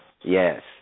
Yes